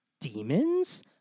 demons